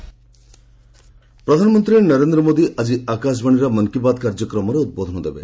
PM Mann Ki Baat ପ୍ରଧାନମନ୍ତ୍ରୀ ନରେନ୍ଦ୍ର ମୋଦି ଆକି ଆକାଶବାଣୀର ମନ୍ କି ବାତ କାର୍ଯ୍ୟକ୍ରମରେ ଉଦ୍ବୋଧନ ଦେବେ